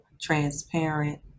transparent